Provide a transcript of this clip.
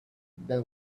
than